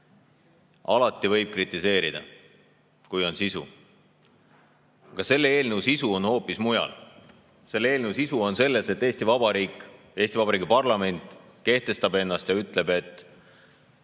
Alati võib kritiseerida, kui on sisu. Aga selle eelnõu sisu on hoopis mujal. Selle eelnõu sisu on selles, et Eesti Vabariik, Eesti Vabariigi parlament kehtestab ennast ja ütleb, et